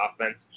offense